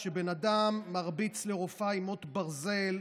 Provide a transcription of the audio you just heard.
כשבן אדם מרביץ לרופאה במוט ברזל,